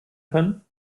können